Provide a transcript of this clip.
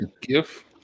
gift